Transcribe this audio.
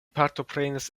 partoprenis